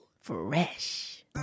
Fresh